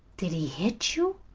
did he hit you?